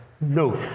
No